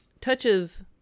touches